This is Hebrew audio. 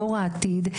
דור העתיד,